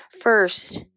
First